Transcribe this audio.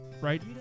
Right